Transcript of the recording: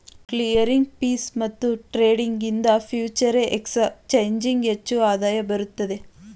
clearing fees ಮತ್ತು trading ಇಂದ future exchanging ಹೆಚ್ಚು ಆದಾಯ ಬರುತ್ತದೆ